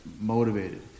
motivated